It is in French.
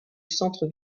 centre